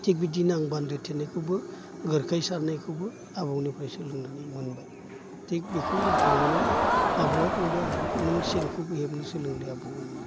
थिख बिदिनो आं बान्दो थेनायखौबो गरखाय सारनायखौबो आबौनिफ्राय सोलोंनानै मोनबाय थिख बेखौ रोंखांनानै आबौआ बुंबाय आंखौ नों सेनखौबो हेबनो सोलोंलै आबौ होननानै